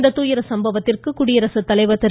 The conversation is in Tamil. இந்த சம்பவத்திற்கு குடியரசுத்தலைவர் திரு